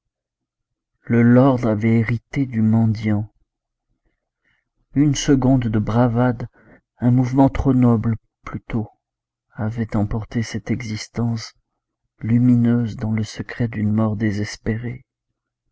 le lord avait hérité du mendiant une seconde de bravade un mouvement trop noble plutôt avait emporté cette existence lumineuse dans le secret d'une mort désespérée